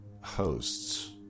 hosts